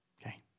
okay